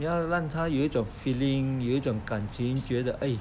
要让他有一种 feeling 有一种感情觉得 eh